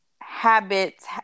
habits